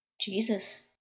Jesus